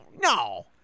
no